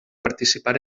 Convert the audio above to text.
participar